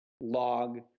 log